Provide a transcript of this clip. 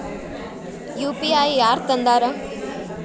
UPI ಯಾರ್ ತಂದಾರ?